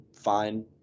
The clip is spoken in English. fine